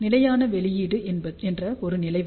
நிலையான வெளியீடு என்ற ஒரு நிலை வரும்